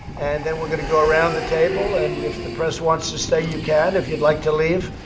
and then we're going to go around the table. and if the press wants to stay, you can. if you'd like to leave